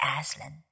Aslan